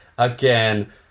Again